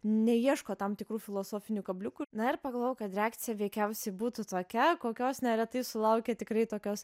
neieško tam tikrų filosofinių kabliukų na ir pagalvojau kad reakcija veikiausiai būtų tokia kokios neretai sulaukia tikrai tokios